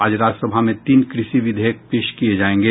आज राज्यसभा में तीन कृषि विधेयक पेश किये जायेंगे